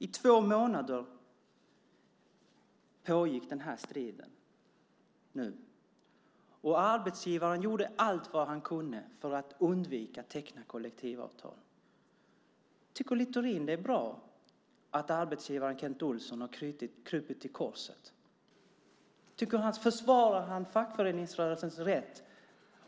I två månader pågick den här striden, och arbetsgivaren gjorde allt han kunde för att undvika att teckna kollektivavtal. Tycker Littorin det är bra att arbetsgivaren Kent Olsson har krupit till korset? Försvarar han fackföreningsrörelsens rätt?